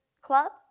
club